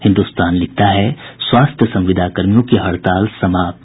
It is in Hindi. हिन्दुस्तान की सुर्खी है स्वास्थ्य संविदाकर्मियों की हड़ताल समाप्त